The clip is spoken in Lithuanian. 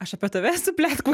aš apie tave esu pletkų